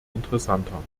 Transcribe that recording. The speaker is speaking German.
interessanter